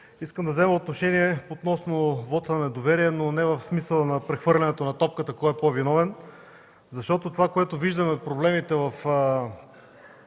Искам да взема отношение относно вота на недоверие, но не в смисъла на прехвърляне на топката кой е по-виновен, защото, както виждаме, проблемите в